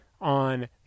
on